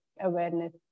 awareness